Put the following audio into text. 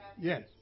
Yes